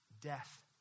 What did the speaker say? Death